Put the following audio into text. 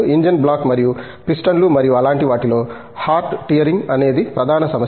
engine blocks మరియు పిస్టన్లు మరియు అలాంటి వాటిలో హార్ట్ టియరింగ్ అనేది ప్రధాన సమస్య